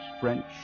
French